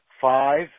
five